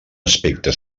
aspecte